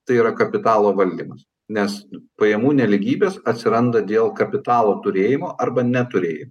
tai yra kapitalo valdymas nes pajamų nelygybės atsiranda dėl kapitalo turėjimo arba neturėjimo